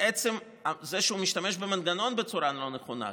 מעצם זה שהוא משתמש במנגנון בצורה לא נכונה,